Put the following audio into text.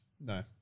No